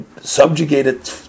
subjugated